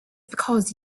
because